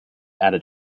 added